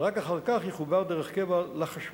ורק אחר כך יחובר דרך קבע לחשמל.